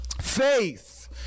Faith